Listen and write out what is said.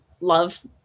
love